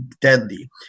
deadly